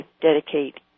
dedicate